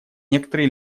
некоторые